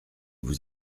vous